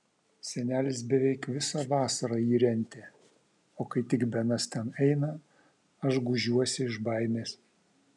senelis beveik visą vasarą jį rentė o kai tik benas ten eina aš gūžiuosi iš baimės